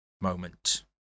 moment